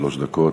שלוש דקות.